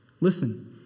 Listen